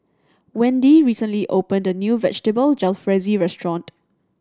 Wendi recently opened a new Vegetable Jalfrezi Restaurant